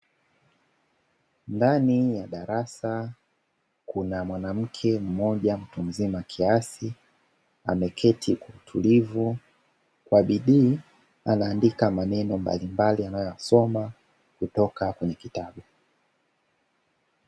Ndani Ya darasa kuna mwanamke mmoja mtu mzima kiasi ameketi kutulivu kwa bidii anaandika maneno mbalimbali anayosoma kutoka kwenye kitabu.